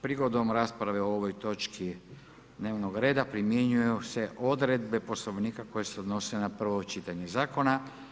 Prigodom rasprave o ovoj točki dnevnog reda primjenjuju se odredbe Poslovnika koje se odnose na prvo čitanje zakona.